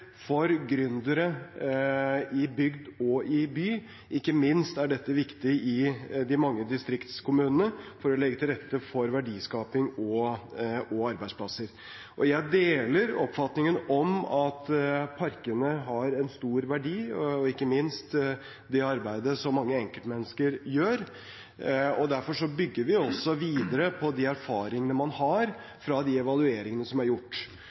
for gründere, i bygd og i by. Ikke minst er dette viktig i de mange distriktskommunene, for å legge til rette for verdiskaping og arbeidsplasser. Jeg deler oppfatningen om at parkene har en stor verdi og ikke minst det arbeidet som mange enkeltmennesker gjør. Derfor bygger vi også videre på de erfaringene man har, fra de evalueringene som er gjort.